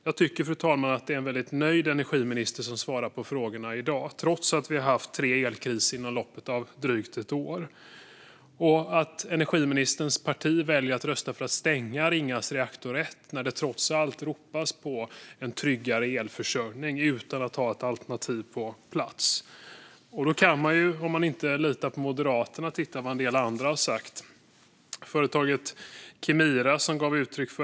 Jag tycker, fru talman, att det är en väldigt nöjd energiminister som svarar på frågorna i dag, trots att vi har haft tre elkriser inom loppet av drygt ett år. När det ropas på en tryggare elförsörjning väljer energiministerns parti att rösta för att stänga Ringhals reaktor 1 utan att ha ett alternativ på plats. Om man inte litar på Moderaterna kan man ta del av vad en del andra har sagt.